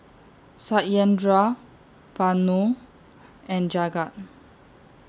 Satyendra Vanu and Jagat